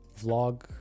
vlog